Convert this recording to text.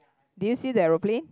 did you see the aeroplane